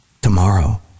tomorrow